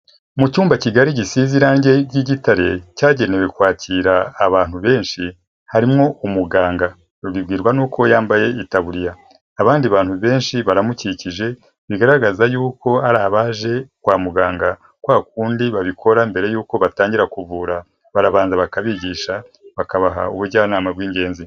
Mu cyumba kigari gisize irangi ry'igitare cyagenewe kwacyira abantu benshi, harimo umuganga, ubibwirwa n'uko yambaye itaburiya, abandi bantu benshi baramukikije, bigaragaza yuko ari abaje kwa muganga kwa kundi babikora mbere y'uko batangira kuvura, barabanza bakabigisha, bakabaha ubujyanama bw'ingenzi.